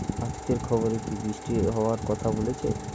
আজকের খবরে কি বৃষ্টি হওয়ায় কথা বলেছে?